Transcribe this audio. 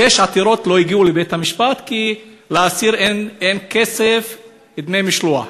שש עתירות לא הגיעו לבית-המשפט כי לאסיר אין כסף לדמי משלוח.